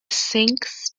sinks